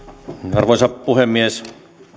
arvoisa puhemies